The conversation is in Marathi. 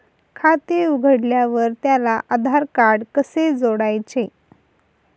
खाते उघडल्यावर त्याला आधारकार्ड कसे जोडायचे?